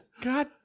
God